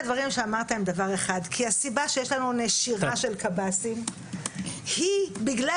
כי הסיבה שיש לנו נשירה של קב"סים היא בגלל